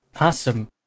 Awesome